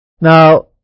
Now